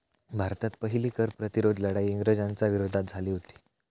भारतात पहिली कर प्रतिरोध लढाई इंग्रजांच्या विरोधात झाली हुती